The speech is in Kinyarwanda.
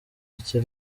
micye